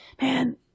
man